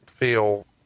feel